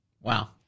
wow